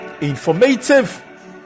informative